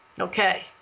Okay